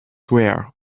ware